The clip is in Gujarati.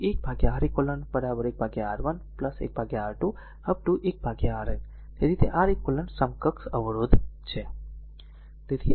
તેથી1 R eq 1 R1 1 R2 up 1 Rn તેથી તે R eq સમકક્ષ અવરોધ છે